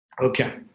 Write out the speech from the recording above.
Okay